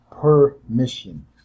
permission